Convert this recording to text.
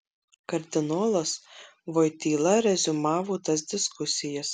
kardinolas voityla reziumavo tas diskusijas